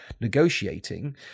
negotiating